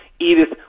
edith